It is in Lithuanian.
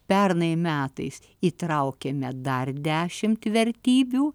pernai metais įtraukėme dar dešimt vertybių